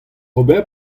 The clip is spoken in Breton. ober